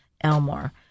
Elmore